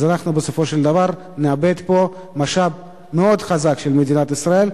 אז בסופו של דבר נאבד פה משאב מאוד חזק של מדינת ישראל,